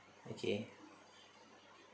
okay